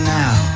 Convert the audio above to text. now